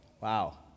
Wow